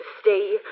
stay